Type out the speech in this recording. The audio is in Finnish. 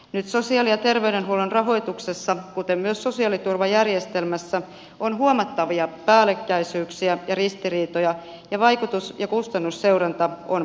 nyt sosiaali ja terveydenhuollon rahoituksessa kuten myös sosiaaliturvajärjestelmässä on huomattavia päällekkäisyyksiä ja ristiriitoja ja vaikutus ja kustannusseuranta on puutteellista